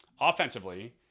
Offensively